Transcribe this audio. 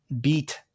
beat